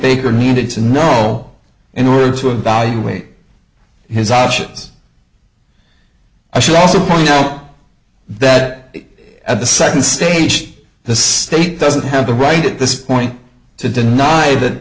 baker needed to know in order to evaluate his options i should also point out that at the second stage the state doesn't have the right at this point to deny that